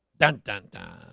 dun dun da